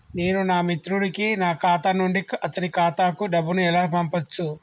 నేను నా మిత్రుడి కి నా ఖాతా నుండి అతని ఖాతా కు డబ్బు ను ఎలా పంపచ్చు?